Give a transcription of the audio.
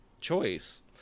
choice